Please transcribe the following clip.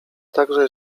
także